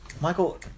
Michael